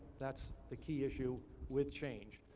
that's the key issue with change.